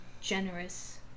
generous